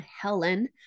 Helen